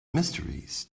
mysteries